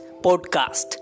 podcast